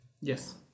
yes